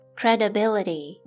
credibility